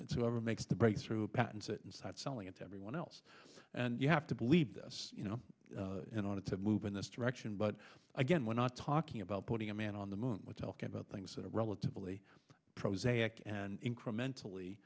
to ever makes the breakthrough patents it inside selling it to everyone else and you have to believe this you know in order to move in this direction but again we're not talking about putting a man on the moon was talking about things that are relatively prosaic and incrementally